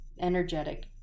energetic